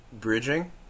bridging